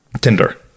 tinder